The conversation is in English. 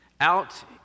out